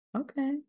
Okay